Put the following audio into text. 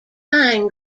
pine